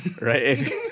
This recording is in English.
Right